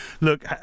look